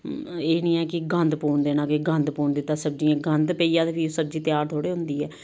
एह् नेईं ऐ कि गंद पौन देना कि गंद पौन दित्ता सब्जियै च गंद पेई जाए ते फ्ही सब्जी त्यार थोह्ड़े होंदी ऐ